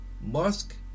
Musk